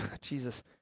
Jesus